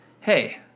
hey